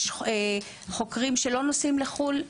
יש חוקרים שלא נוסעים לחו"ל,